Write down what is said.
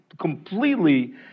completely